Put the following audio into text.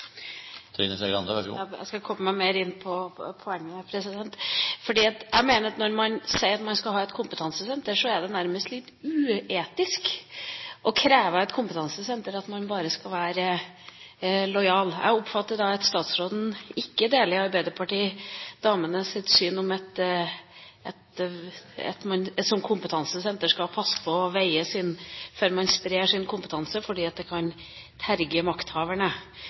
Jeg skal komme mer inn på poenget, president. Jeg mener at når man sier at man skal ha et kompetansesenter, er det nærmest litt uetisk å kreve at det kompetansesenteret bare skal være lojalt. Jeg oppfatter det slik at statsråden ikke deler arbeiderpartidamenes syn om at man som kompetansesenter skal passe på og avveie før man sprer sin kompetanse, fordi det kan terge makthaverne.